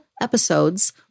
episodes